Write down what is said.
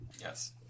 Yes